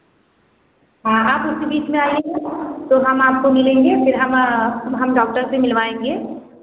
हाँ आप उसी बीच में आइए तो हम आपको मिलेंगे फिर हम हम डॉक्टर से मिलवाएँगे